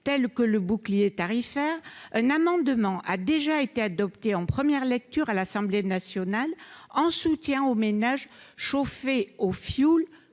du bouclier tarifaire, un amendement a déjà été adopté en première lecture à l'Assemblée nationale dans le but de soutenir les ménages chauffés au fioul.